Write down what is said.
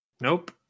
Nope